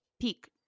Peak